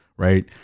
right